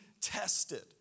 tested